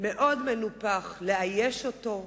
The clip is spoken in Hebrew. מאוד מנופח לאייש אותו,